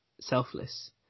selfless